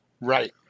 Right